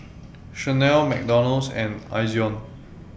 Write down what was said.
Chanel McDonald's and Ezion